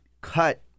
cut